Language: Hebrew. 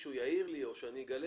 מישהו יעיר לי או שאני אגלה